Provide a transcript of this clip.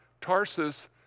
tarsus